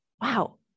wow